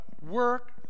Work